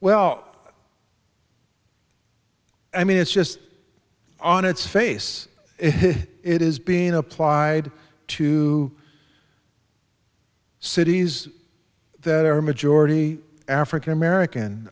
well i mean it's just on its face it is being applied to cities that are majority african american